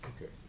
Okay